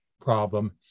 problem